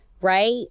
Right